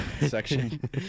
section